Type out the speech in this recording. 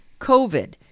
COVID